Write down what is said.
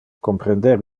comprender